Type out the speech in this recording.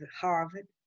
Harvard